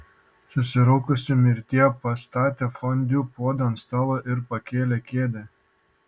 susiraukusi mirtie pastatė fondiu puodą ant stalo ir pakėlė kėdę